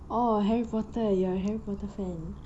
oh harry potter you're a harry potter fan